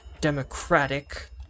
democratic